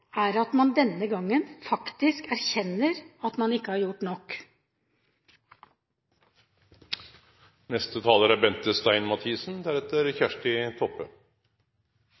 er at man denne gangen faktisk erkjenner at man ikke har gjort